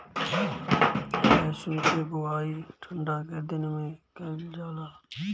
लहसुन के बोआई ठंढा के दिन में कइल जाला